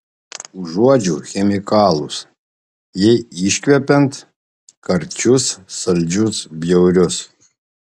užuodžiu chemikalus jai iškvepiant karčius saldžius bjaurius